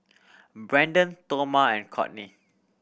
Braden Toma and Cortney